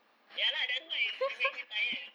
ya lah that's why it it makes me tired